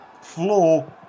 floor